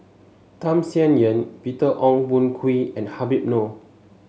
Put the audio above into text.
Tham Sien Yen Peter Ong Boon Kwee and Habib Noh